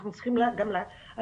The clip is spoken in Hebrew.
אנחנו צריכים להשאיר מקום לקפסולה.